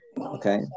okay